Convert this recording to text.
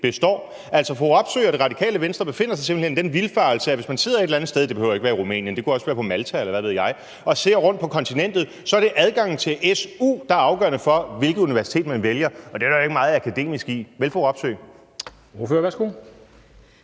Altså, fru Robsøe og Det Radikale Venstre befinder sig simpelt hen i den vildfarelse, at hvis man sidder et eller andet sted – det behøver ikke være i Rumænien, det kunne også være på Malta, eller hvad ved jeg – og ser rundt på kontinentet, er det adgangen til su, der er afgørende for, hvilket universitet man vælger, og det er der jo ikke meget akademisk i, vel fru Robsøe?